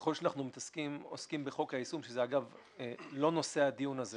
ככל שאנחנו עוסקים בחוק היישום שזה לא נושא הדיון הזה